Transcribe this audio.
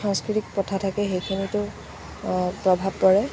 সাংস্কৃতিক প্ৰথা থাকে সেইখিনিটো প্ৰভাৱ পৰে